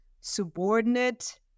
subordinate